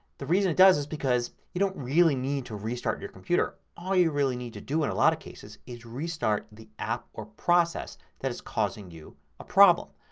the reason it does is because you don't really need to restart your computer. all you really need to do, in a lot of cases, is restart the app or process that is causing a problem.